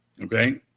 Okay